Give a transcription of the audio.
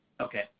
Okay